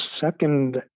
second